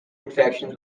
infections